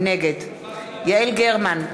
נגד יעל גרמן,